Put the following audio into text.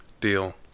deal